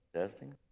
Testing